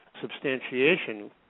substantiation